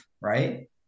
right